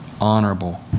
honorable